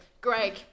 greg